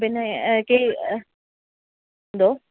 പിന്നെ എന്തോ